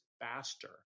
faster